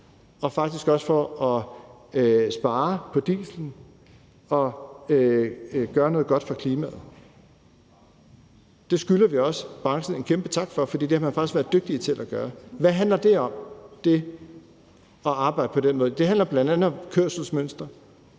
og faktisk også for at spare på diesel og gøre noget godt for klimaet. Det skylder vi også branchen en kæmpe tak for, for det har man faktisk været dygtig til at gøre. Hvad handler det om at arbejde på den måde? Det handler bl.a. om kørselsmønster,